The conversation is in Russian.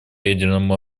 ядерному